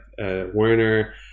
Werner